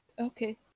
Okay